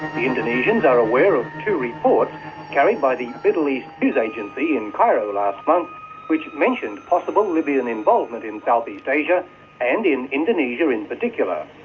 the indonesians are aware of two reports carried by the italy's newsagency in cairo last but which mentioned possible libyan involvement in south east asia and in indonesia in particular.